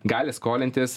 gali skolintis